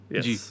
Yes